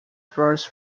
thrust